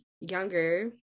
younger